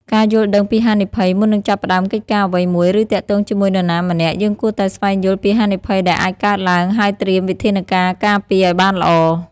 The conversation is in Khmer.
ការយល់ដឹងពីហានិភ័យ មុននឹងចាប់ផ្ដើមកិច្ចការអ្វីមួយ ឬទាក់ទងជាមួយនរណាម្នាក់ យើងគួរតែស្វែងយល់ពីហានិភ័យដែលអាចកើតឡើងហើយត្រៀមវិធានការការពារឱ្យបានល្អ។